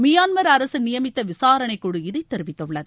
Myanmar அரசுநியமித்தவிசாரணை குழு இதைதெரிவித்துள்ளது